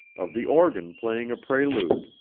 of the organ playing a prelude.